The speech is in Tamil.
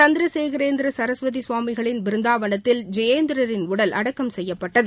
சந்திரசேகரேந்திர சரஸ்வதி சுவாமிகளின் பிருந்தாவனத்தில் ஜெயேந்திரரின் உடல் அடக்கம் செய்யப்பட்டது